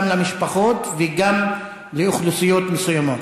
גם למשפחות וגם לאוכלוסיות מסוימות.